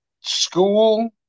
school